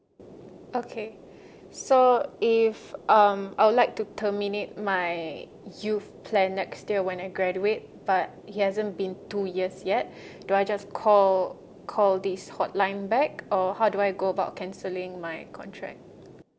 okay so if um I would like to terminate my youth plan next year when I graduate but it hasn't been two years yet do I just call call this hotline back or how do I go about cancelling my contract